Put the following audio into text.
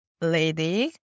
lady